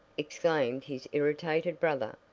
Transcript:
exclaimed his irritated brother.